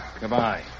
Goodbye